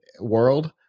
world